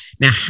Now